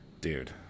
dude